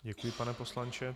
Děkuji, pane poslanče.